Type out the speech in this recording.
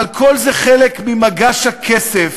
אבל כל זה חלק ממגש הכסף